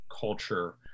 culture